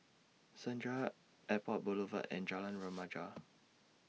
Senja Airport Boulevard and Jalan Remaja